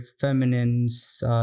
feminine's